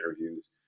interviews